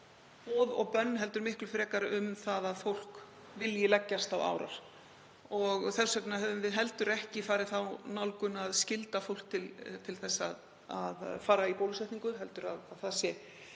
og bönn heldur miklu frekar um það að fólk vilji leggjast á árar. Þess vegna höfum við heldur ekki farið þá leið að skylda fólk til að fara í bólusetningu heldur að það sé